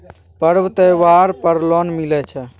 पर्व त्योहार पर लोन मिले छै?